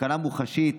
סכנה מוחשית.